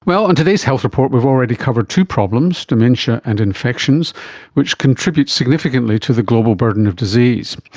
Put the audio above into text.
well, on today's health report we've already covered to problems dementia and infections which contributes significantly to the global burden of disease.